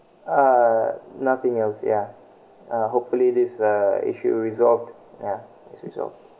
uh nothing else yeah uh hopefully this uh issue resolved ya is resolved